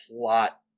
plot